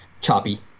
choppy